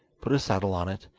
put a saddle on it,